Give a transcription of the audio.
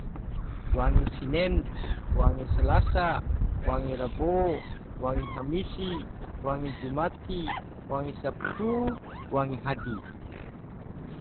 Wange sinen, wange salasa, wange rabo, wange hamisi, wange jumati, wange sabtu, wange hadi.